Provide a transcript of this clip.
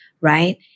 right